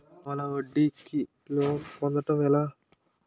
పావలా వడ్డీ కి లోన్ పొందటం ఎలా?